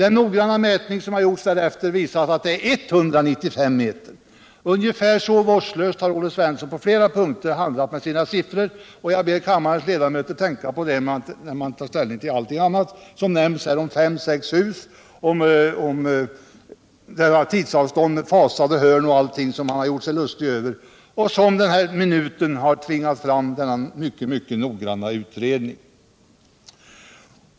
Den noggranna mätning som gjordes visade att avståndet är 195 m. Ungefär lika vårdslöst har Olle Svensson handskats med siffrorna på flera andra punkter, och jag ber kammarens ledamöter tänka på detta när de tar ställning till allt det andra som nämnts — beträffande 5-6 hus, tidsförlängningen, fasade hörn och annat som man gjort sig lustig över. Det är alltså denna minut som tvingat fram den här synnerligen noggranna utredningen.